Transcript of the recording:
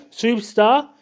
superstar